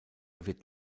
wird